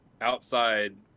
outside